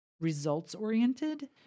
results-oriented